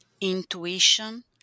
intuition